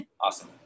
Awesome